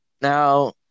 Now